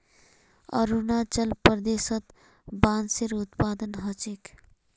अरुणाचल प्रदेशत बांसेर उत्पादन ह छेक